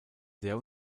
sehr